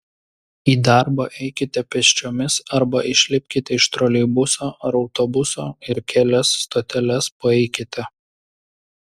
į darbą eikite pėsčiomis arba išlipkite iš troleibuso ar autobuso ir kelias stoteles paeikite